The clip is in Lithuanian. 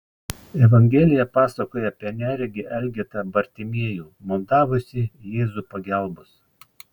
evangelija pasakoja apie neregį elgetą bartimiejų maldavusį jėzų pagalbos